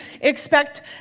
expect